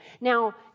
Now